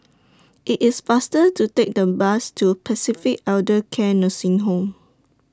IT IS faster to Take The Bus to Pacific Elder Care Nursing Home